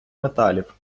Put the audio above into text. металів